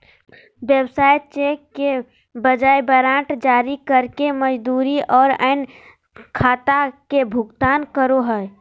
व्यवसाय चेक के बजाय वारंट जारी करके मजदूरी और अन्य खाता के भुगतान करो हइ